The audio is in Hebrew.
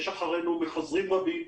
יש אחרינו מחזרים רבים.